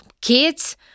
kids